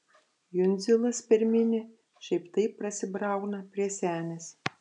jundzilas per minią šiaip taip prasibrauna prie senės